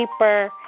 Cheaper